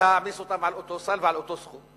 להעמיס אותם על אותו סל ועל אותו סכום,